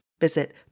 Visit